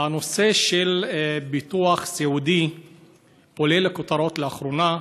הנושא של הביטוח הסיעודי עולה לכותרות לאחרונה,